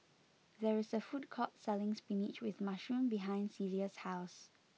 there is a food court selling Spinach with Mushroom behind Celia's house